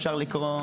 אפשר לקרוא,